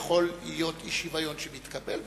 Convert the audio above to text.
יכול להיות אי-שוויון שמתקבל,